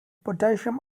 potassium